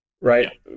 right